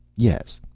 yes,